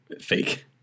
Fake